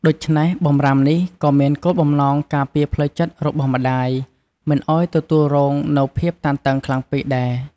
ដូច្នេះ បម្រាមនេះក៏មានគោលបំណងការពារផ្លូវចិត្តរបស់ម្ដាយមិនឲ្យទទួលរងនូវភាពតានតឹងខ្លាំងពេកដែរ។